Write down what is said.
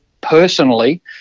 personally